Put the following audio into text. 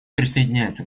присоединяется